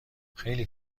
خیلی